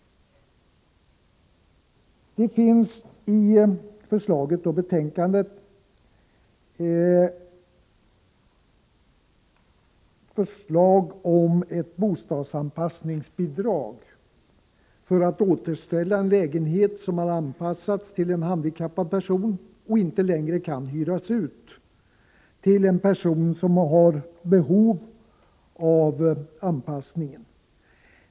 Det finns i betänkandet förslag om att ett bostadsanpassningsbidrag skall kunna utgå för återställning av lägenhet som har anpassats till en handikappad person men som inte längre kan hyras ut till en person som har behov av anpassningen.